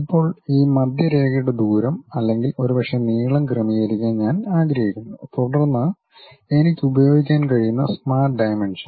ഇപ്പോൾ ഈ മധ്യരേഖയുടെ ദൂരം അല്ലെങ്കിൽ ഒരുപക്ഷേ നീളം ക്രമീകരിക്കാൻ ഞാൻ ആഗ്രഹിക്കുന്നു തുടർന്ന് എനിക്ക് ഉപയോഗിക്കാൻ കഴിയുന്ന സ്മാർട്ട് ഡയമെൻഷൻ